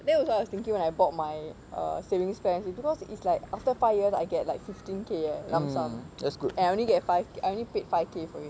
that was what I was thinking when I bought my err savings plans eh because it's like after five years I get like fifteen K eh lump sum and I only get five I only paid five K for it